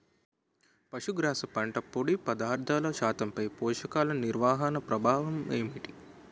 పశుగ్రాస పంట పొడి పదార్థాల శాతంపై పోషకాలు నిర్వహణ ప్రభావం ఏమిటి?